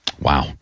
Wow